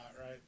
right